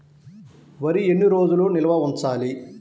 వరి ఎన్ని రోజులు నిల్వ ఉంచాలి?